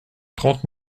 trente